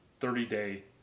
30-day